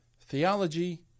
Theology